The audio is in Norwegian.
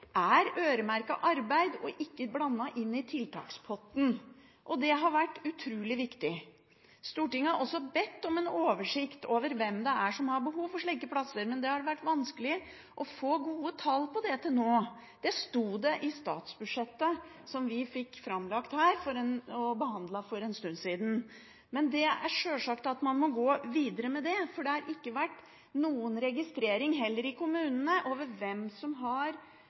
er øremerket arbeid og ikke blandet inn i tiltakspotten. Det har vært utrolig viktig. Stortinget har også bedt om en oversikt over hvem det er som har behov for slike plasser, men det har vært vanskelig å få gode tall på det til nå. Det stod i statsbudsjettet, som vi fikk framlagt i høst, og som ble behandlet for en stund siden. Men det er sjølsagt at man må gå videre med det, for det har heller ikke vært noen registrering i kommunene av hvem som har